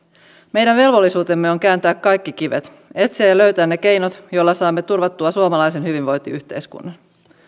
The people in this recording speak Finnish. meidän velvollisuutemme on kääntää kaikki kivet etsiä ja löytää ne keinot joilla saamme turvattua suomalaisen hyvinvointiyhteiskunnan